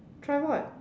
try what